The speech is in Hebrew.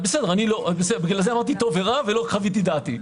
לכן לא חוויתי את דעתי.